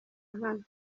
nkana